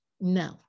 no